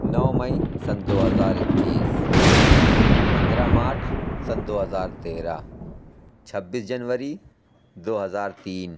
نو May سن دو ہزار اکیس پندرہ مارچ سن دو ہزار تیرہ چھبیس جنوری دو ہزار تین